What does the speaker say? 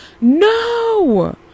no